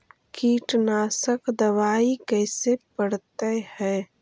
कीटनाशक दबाइ कैसे पड़तै है?